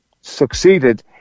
succeeded